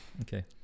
Okay